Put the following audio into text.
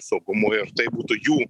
saugumu ir tai būtų jų